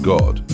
God